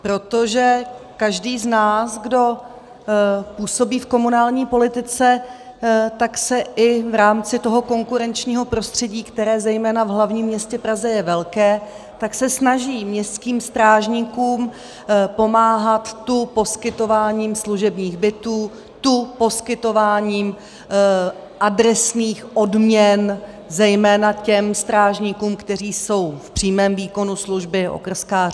Protože každý z nás, kdo působí v komunální politice, tak se i v rámci toho konkurenčního prostředí, které zejména v hlavním městě Praze je velké, snaží městským strážníkům pomáhat tu poskytováním služebních bytů, tu poskytováním adresných odměn zejména těm strážníkům, kteří jsou v přímém výkonu služby, okrskářům.